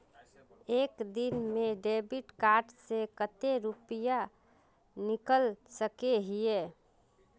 एक दिन में डेबिट कार्ड से कते रुपया निकल सके हिये?